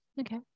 Okay